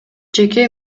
жеке